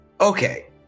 Okay